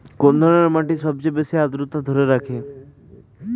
কোন ধরনের মাটি সবথেকে বেশি আদ্রতা ধরে রাখে?